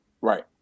Right